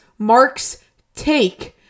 MARKSTAKE